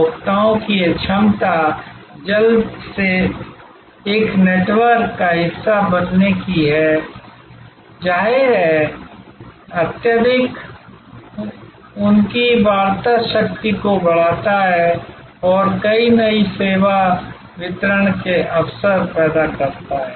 उपभोक्ताओं की यह क्षमता जल्दी से एक नेटवर्क का हिस्सा बनने की है जाहिर है अत्यधिक उनकी वार्ता शक्ति को बढ़ाता है और कई नए सेवा वितरण के अवसर पैदा करता है